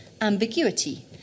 ambiguity